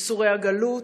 ייסורי הגלות,